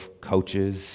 coaches